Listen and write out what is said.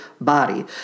body